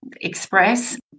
express